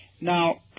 Now